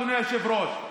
אדוני היושב-ראש,